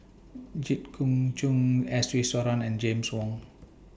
Jit Koon Ch'ng S Iswaran and James Wong